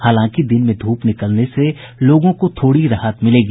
हालांकि दिन में धूप निकलने से लोगों को थोड़ी राहत मिलेगी